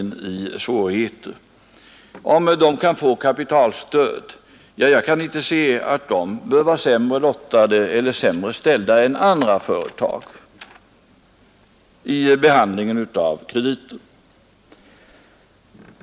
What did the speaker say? När det gäller frågan om de kan få kapitalstöd, så kan jag inte se att de bör vara sämre ställda än andra företag vid behandlingen av krediter.